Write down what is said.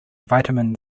vitamin